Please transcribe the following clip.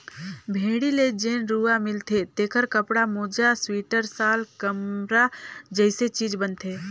भेड़ी ले जेन रूआ मिलथे तेखर कपड़ा, मोजा सिवटर, साल, कमरा जइसे चीज बनथे